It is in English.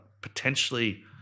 potentially